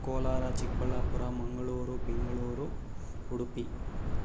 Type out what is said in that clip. Kolar Chikkaballapur Mangaluru Bengaluru Udupi